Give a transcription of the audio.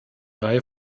reihe